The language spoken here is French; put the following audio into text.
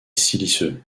siliceux